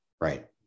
Right